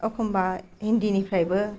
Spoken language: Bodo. अखमबा हिन्दिनिफ्रायबो